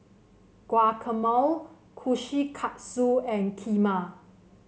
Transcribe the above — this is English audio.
Guacamole Kushikatsu and Kheema